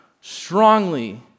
strongly